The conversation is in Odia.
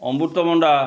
ଅମୃତଭଣ୍ଡା